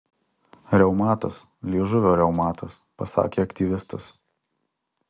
reumatas liežuvio reumatas pasakė aktyvistas